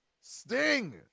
sting